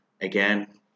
again